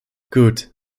gut